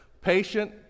Patient